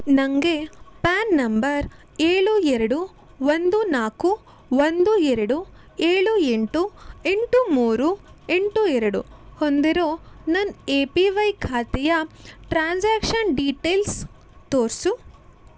ನನಗೆ ಪ್ರ್ಯಾನ್ ನಂಬರ್ ಏಳು ಎರಡು ಒಂದು ನಾಲ್ಕು ಒಂದು ಎರಡು ಏಳು ಎಂಟು ಎಂಟು ಮೂರು ಎಂಟು ಎರಡು ಹೊಂದಿರೋ ನನ್ನ ಎ ಪಿ ವೈ ಖಾತೆಯ ಟ್ರಾನ್ಸಾಕ್ಷನ್ ಡೀಟೇಲ್ಸ್ ತೋರಿಸು